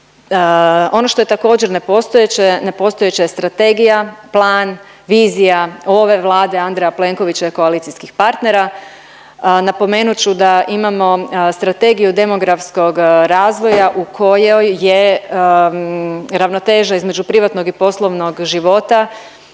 Ono što je također nepostojeće, nepostojeća je strategija, plan, vizija ove Vlade Andreja Plenkovića i koalicijskih partnera. Napomenut ću da imamo Strategiju demografskog razvoja u kojoj je ravnoteža između privatnog i poslovnog života